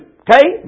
okay